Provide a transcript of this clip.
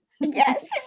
Yes